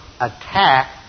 attack